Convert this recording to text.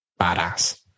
badass